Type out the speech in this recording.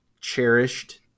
cherished